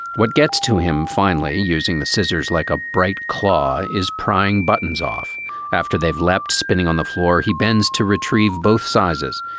what gets to him? finally using the scissors like a bright claw is prying button's off after they've lapped spinning on the floor. he bends to retrieve both sizes.